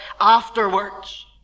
afterwards